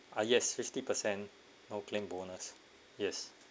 ah yes fifty percent no claim bonus yes